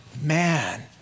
man